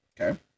Okay